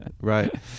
right